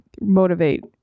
motivate